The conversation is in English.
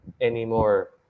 anymore